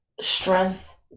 strength